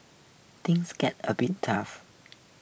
things get a bit tough